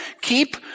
keep